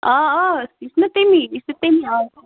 آ آ یہِ چھُ تَمی یہِ چھُ تَمی آیہِ